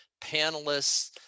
panelists